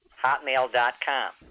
hotmail.com